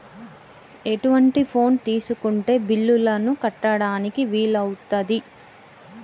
ఎటువంటి ఫోన్ తీసుకుంటే బిల్లులను కట్టడానికి వీలవుతది?